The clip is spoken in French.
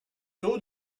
taux